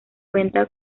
cuenta